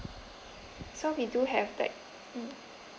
so we do have like mm